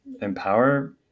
empower